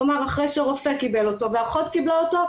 כלומר אחרי שרופא קיבל אותו ואחות קיבלה אותו,